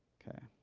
okay.